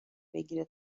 بگیره